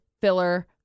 filler